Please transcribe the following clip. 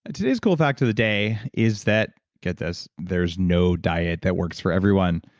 and today's cool fact of the day is that, get this, there's no diet that works for everyone,